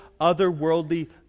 otherworldly